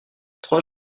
trois